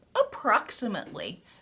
approximately